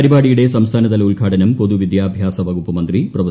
പരിപാടിയുടെ സംസ്ഥാനതല ഉദ്ഘാടനം പൊതുവിദ്യാഭ്യാസ വകുപ്പ് മന്ത്രി പ്രൊഫ